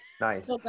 Nice